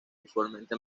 usualmente